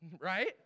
Right